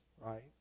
right